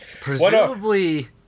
presumably